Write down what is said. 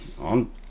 on